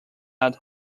out